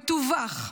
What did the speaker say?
המטווח,